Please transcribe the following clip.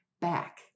back